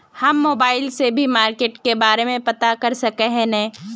हम मोबाईल से भी मार्केट के बारे में पता कर सके है नय?